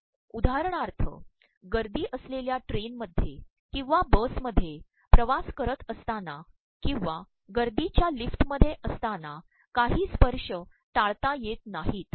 उदाहरणार् य गदी असलेल्या ट्रेनमध्ये ककंवा बसमध्ये िवास करत असताना ककंवा गदीच्या मलफ्िमध्ये असताना काही स्त्पशय िाळता येत नाहीत